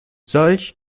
solch